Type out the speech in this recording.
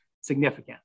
significant